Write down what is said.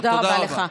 תודה רבה לך.